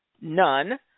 None